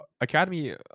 Academy